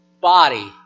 body